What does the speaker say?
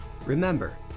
remember